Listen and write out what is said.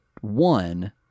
one